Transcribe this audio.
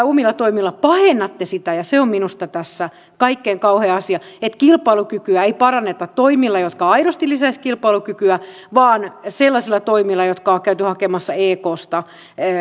omilla toimillanne pahennatte sitä ja se on minusta tässä kaikkein kauhein asia että kilpailukykyä ei paranneta toimilla jotka aidosti lisäisivät kilpailukykyä vaan sellaisilla toimilla jotka on käyty hakemassa eksta